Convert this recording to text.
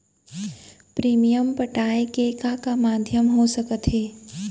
Premium पटाय के का का माधयम हो सकत हे?